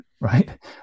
right